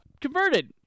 Converted